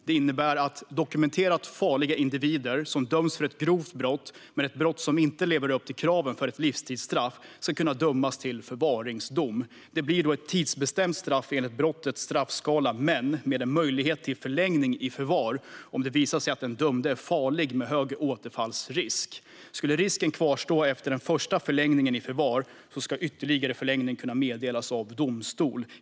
Det innebär att dokumenterat farliga individer, som döms för ett brott som är grovt men inte lever upp till kraven för ett livstidsstraff, ska kunna dömas till förvaring. Det blir då ett tidsbestämt straff enligt brottets straffskala men med en möjlighet till förlängning i förvar om det visar sig att den dömde är farlig med hög återfallsrisk. Skulle risken kvarstå efter den första förlängningen i förvar ska ytterligare förlängning kunna meddelas av domstol.